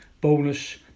bonus